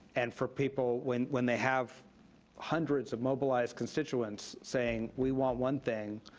and for people, when when they have hundreds of mobilized constituents saying we want one thing,